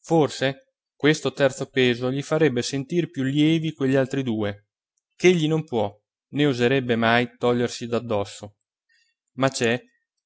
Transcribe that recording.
forse questo terzo peso gli farebbe sentir più lievi quegli altri due ch'egli non può né oserebbe mai togliersi d'addosso ma c'è